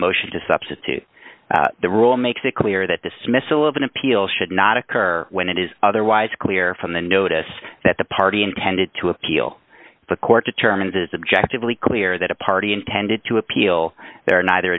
motion to substitute the rule makes it clear that dismissal of an appeal should not occur when it is otherwise clear from the notice that the party intended to appeal the court determines its objective really clear that a party intended to appeal there are neither